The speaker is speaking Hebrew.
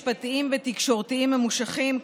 משפטיים ותקשורתיים ממושכים,